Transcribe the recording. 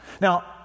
Now